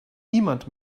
niemand